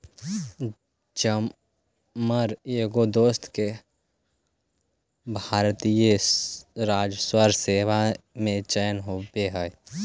जमर एगो दोस्त के भारतीय राजस्व सेवा में चयन होले हे